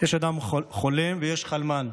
יש אדם חולם ויש חלמן,